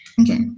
Okay